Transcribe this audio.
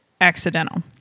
accidental